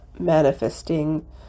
Manifesting